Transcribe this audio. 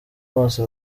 bose